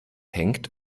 hängt